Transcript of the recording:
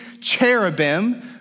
cherubim